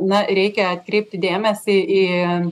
na reikia atkreipti dėmesį į